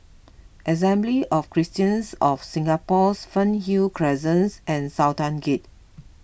Assembly of Christians of Singapore Fernhill Crescent and Sultan Gate